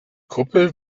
kuppel